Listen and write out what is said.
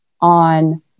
on